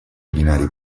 binari